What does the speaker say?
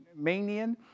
Manian